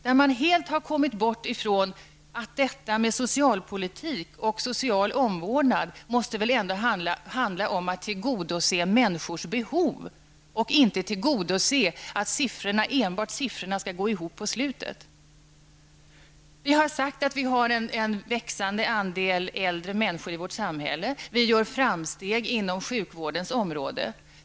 Man har helt kommit bort från att socialpolitik och social omvårdnad väl ändå måste handla om att tillgodose människors behov och inte bara om att se till att siffrorna skall gå ihop på slutet! Vi har en växande andel äldre människor i vårt samhälle. Vi gör framsteg på sjukvårdens område.